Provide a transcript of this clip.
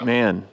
Man